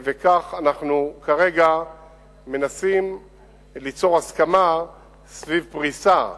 וכך אנחנו כרגע מנסים ליצור הסכמה סביב פריסה,